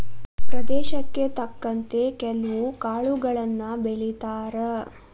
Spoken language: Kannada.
ಪ್ರದೇಶಕ್ಕೆ ತಕ್ಕಂತೆ ಕೆಲ್ವು ಕಾಳುಗಳನ್ನಾ ಬೆಳಿತಾರ